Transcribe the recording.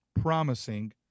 promising